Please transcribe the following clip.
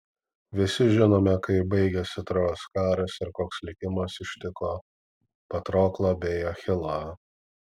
visi žinome kaip baigėsi trojos karas ir koks likimas ištiko patroklą bei achilą